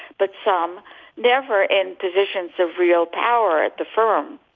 but some never in positions of real power at the firm